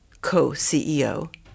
co-CEO